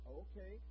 okay